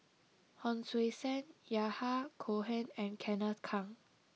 Hon Sui Sen Yahya Cohen and Kenneth Keng